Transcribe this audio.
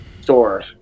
store